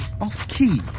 Off-key